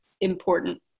important